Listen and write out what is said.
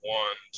one